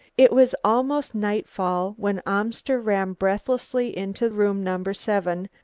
it was almost nightfall when amster ran breathlessly into room number seven.